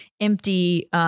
empty